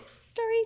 Story